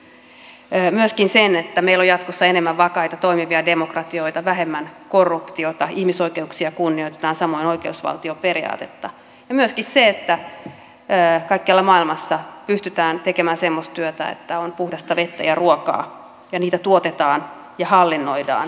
myöskin sen haluan nostaa esille että meillä on jatkossa enemmän vakaita toimivia demokratioita vähemmän korruptiota ihmisoikeuksia kunnioitetaan samoin oikeusvaltioperiaatetta ja myöskin sen että kaikkialla maailmassa pystytään tekemään semmoista työtä että on puhdasta vettä ja ruokaa ja niitä tuotetaan ja hallinnoidaan tehokkaammin